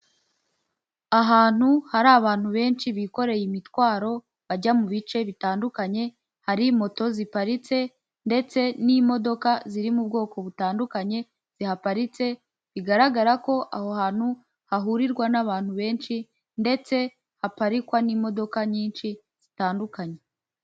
Ahantu hari abantu benshi bikoreye imitwaro, bajya mu bice bitandukanye, hari moto ziparitse ndetse n'imodoka ziri mu bwoko butandukanye zihaparitse, bigaragara ko aho hantu hahurirwa n'abantu benshi ndetse haparikwa n'imodoka nyinshi zitandukanye.